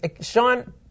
Sean